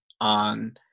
on